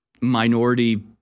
minority